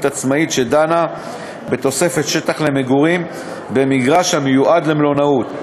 עצמאית שדנה בתוספת שטח למגורים במגרש המיועד למלונאות,